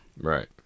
Right